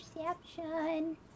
perception